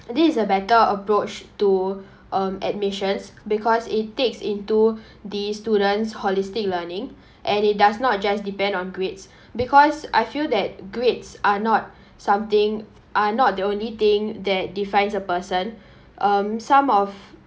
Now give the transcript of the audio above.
this is a better approach to um admissions because it takes into the student's holistic learning and it does not just depend on grades because I feel that grades are not something are not the only thing that defines a person um some of